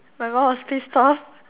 my mum was pissed off